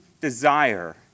desire